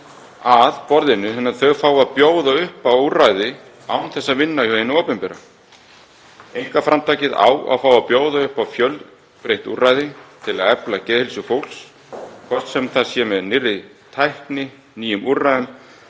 og vanda þannig að það fái að bjóða upp á úrræði án þess að vinna hjá hinu opinbera. Einkaframtakið á fá að bjóða upp á fjölbreytt úrræði til að efla geðheilsu fólks, hvort sem það er með nýrri tækni, nýjum úrræðum